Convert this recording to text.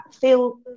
feel